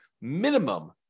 minimum